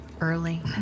early